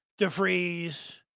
DeFreeze